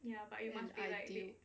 and ideal